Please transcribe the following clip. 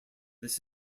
this